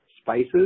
spices